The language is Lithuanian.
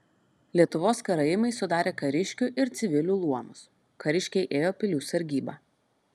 lietuvos karaimai sudarė kariškių ir civilių luomus kariškiai ėjo pilių sargybą